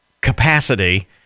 capacity